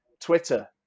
Twitter